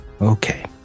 okay